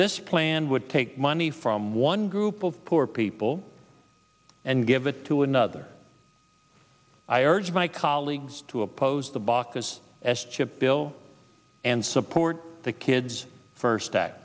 this plan would take money from one group of poor people and give it to another i urge my colleagues to oppose the baucus s chip bill and support the kids first